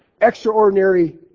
extraordinary